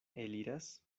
eliras